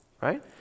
Right